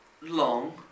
long